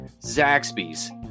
Zaxby's